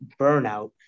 burnout